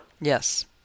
Yes